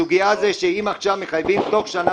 הסוגיה היא שאם מחייבים עכשיו תוך שנה